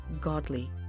godly